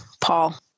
Paul